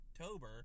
October